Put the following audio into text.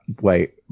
Wait